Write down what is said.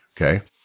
okay